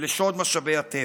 ולשוד משאבי הטבע.